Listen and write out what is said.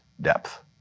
depth